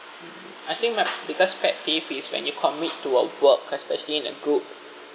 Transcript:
I think my biggest pet peeve is when you commit to a work especially in a group